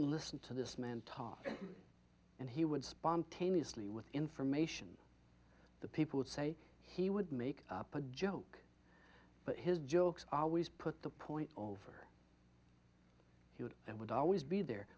listen to this man talk and he would spontaneously with information that people would say he would make up a joke but his jokes always put the point over he would and would always be there